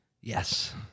Yes